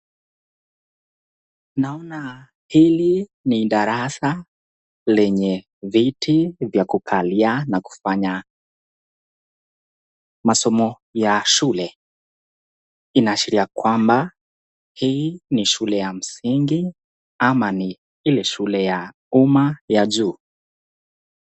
Naona hili ni darasa lenye viti vya kukalia na kufaya masomo ya shule inaashiria kwamba hi ni shule ya msingi ama ni hili ni shule ya uma ya juu